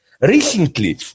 Recently